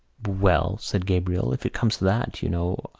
well, said gabriel, if it comes to that, you know,